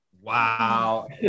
Wow